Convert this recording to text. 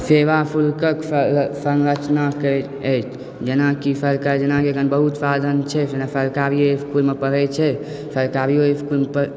सेवा शुल्कक सँरचना कयल अछि जेनाकि सरकार जेनाकि अखन बहुत साधन छै जेना सरकारी स्कूलमे पढ़य छै सरकारियो स्कूल पर